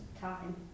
time